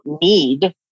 need